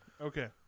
Okay